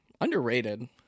Underrated